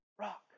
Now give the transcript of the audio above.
rock